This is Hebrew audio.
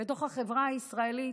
בתוך החברה הישראלית,